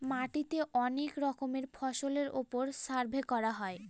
মাটিতে অনেক রকমের ফসলের ওপর সার্ভে করা হয়